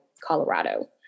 Colorado